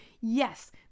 yes